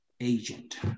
agent